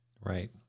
Right